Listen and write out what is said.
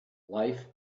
life